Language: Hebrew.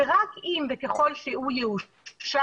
שרק אם וככל שהוא יאושר,